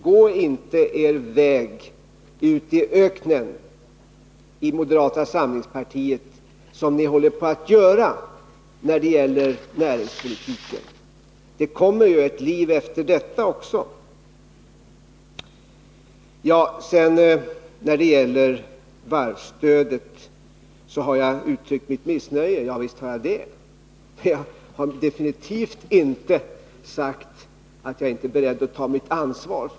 Gå inom moderata samlingspartiet inte er väg ut i öknen, som ni nu håller på att göra när det gäller näringspolitiken. Det kommer ju också ett liv efter detta. Beträffande varvsstödet sade Margaretha af Ugglas att jag har uttryckt mitt missnöje, och visst har jag det. Jag har absolut inte sagt att jag inte är beredd att ta mitt ansvar.